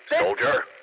Soldier